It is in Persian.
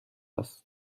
است